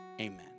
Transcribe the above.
Amen